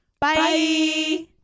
Bye